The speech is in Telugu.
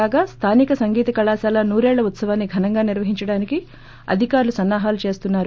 కాగా స్దానిక సంగీత కళాశాల నూరేళ్ల ఉత్సవాన్ని ఘనంగా నిర్వహించడానికి అధికారులు సన్నా హాలు చేస్తున్నారు